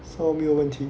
so 没有问题